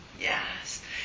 Yes